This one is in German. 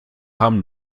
haben